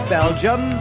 Belgium